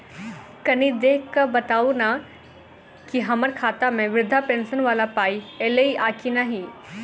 कनि देख कऽ बताऊ न की हम्मर खाता मे वृद्धा पेंशन वला पाई ऐलई आ की नहि?